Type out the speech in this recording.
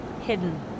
hidden